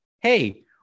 hey